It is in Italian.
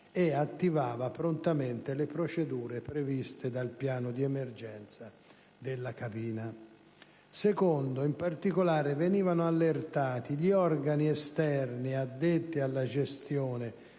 e attivava prontamente le procedure previste dal piano di emergenza della cabina. Secondo; in particolare, venivano allertati gli organi esterni addetti alla gestione